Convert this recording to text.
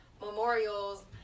memorials